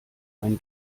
ein